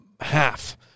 half